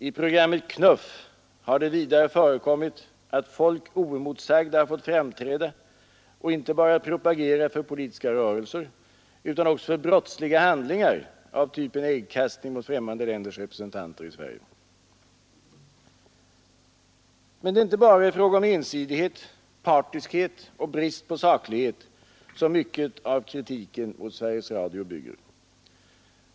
I programmet ”Knuff” har det vidare förekommit att folk oemotsagda har fått framträda och inte bara propagera för politiska rörelser utan också för brottsliga handlingar av typen äggkastning mot främmande länders representanter i Sverige. Men det är inte bara i fråga om ensidighet, partiskhet och brist på saklighet som mycket av kritiken mot Sveriges Radios program bygger.